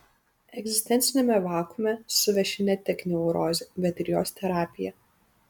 egzistenciniame vakuume suveši ne tik neurozė bet ir jos terapija